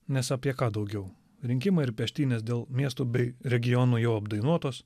nes apie ką daugiau rinkimai ir peštynės dėl miestų bei regionų jau apdainuotos